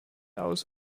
aus